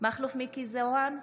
מכלוף מיקי זוהר,